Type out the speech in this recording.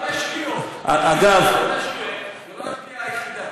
הם עשו הרבה שגיאות, זאת לא השגיאה היחידה.